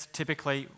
typically